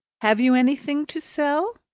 have you anything to sell?